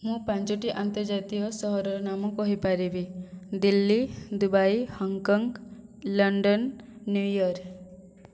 ମୁଁ ପାଞ୍ଚଟି ଆନ୍ତର୍ଜାତୀୟ ସହରର ନାମ କହିପାରିବି Delhi Dubai Hong Kong London New York